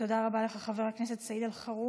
תודה רבה לך, חבר הכנסת סעיד אלחרומי.